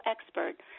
expert